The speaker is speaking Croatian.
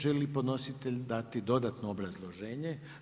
Želi li podnositelj dati dodatno obrazloženje?